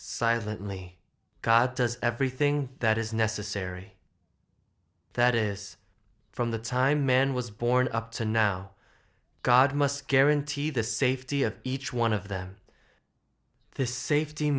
silently god does everything that is necessary that is from the time man was born up to now god must guarantee the safety of each one of them this safety